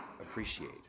appreciate